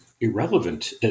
irrelevant